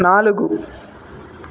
నాలుగు